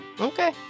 okay